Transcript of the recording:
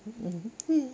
mm mm where